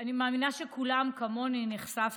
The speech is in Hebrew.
צריכה הייתה